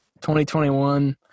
2021